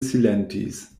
silentis